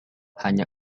hanya